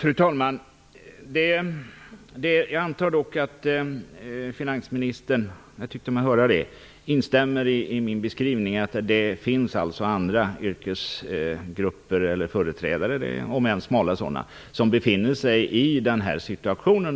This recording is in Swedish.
Fru talman! Jag antar dock att finansministern instämmer i min beskrivning - jag tyckte mig höra det - att det finns företrädare för andra yrkesgrupper, om än smala sådana, som befinner sig i den här situationen.